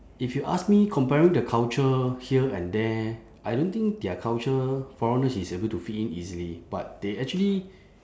if you ask me comparing the culture here and there I don't think their culture foreigners is able to fit in easily but they actually